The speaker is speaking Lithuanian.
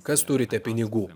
kas turite pinigų